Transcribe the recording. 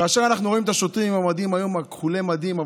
כאשר אנחנו רואים את השוטרים כחולי מדים,